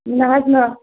نہ حظ نہ